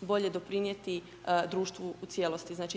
bolje doprinijeti društvu u cijelosti.